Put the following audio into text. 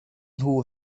nhw